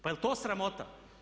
Pa jel' to sramota?